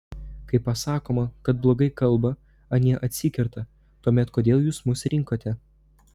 kai pasakoma kad blogai kalba anie atsikerta tuomet kodėl jūs mus rinkote